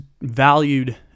valued